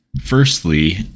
firstly